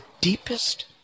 deepest